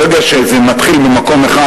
ברגע שזה מתחיל במקום אחד,